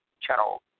Channel